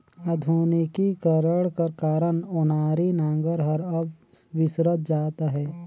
आधुनिकीकरन कर कारन ओनारी नांगर हर अब बिसरत जात अहे